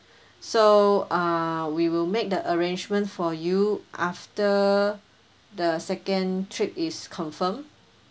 so uh we will make the arrangement for you after the second trip is confirm